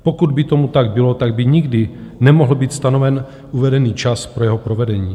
Pokud by tomu tak bylo, tak by nikdy nemohl být stanoven uvedený čas pro jeho provedení.